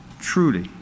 truly